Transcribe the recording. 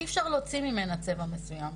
אי אפשר להוציא ממנה צבע מסוים,